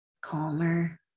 calmer